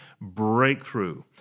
breakthrough